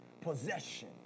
possession